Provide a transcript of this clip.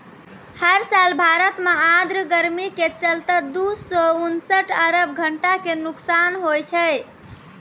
हर साल भारत मॅ आर्द्र गर्मी के चलतॅ दू सौ उनसठ अरब घंटा के नुकसान होय छै